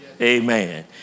Amen